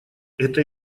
это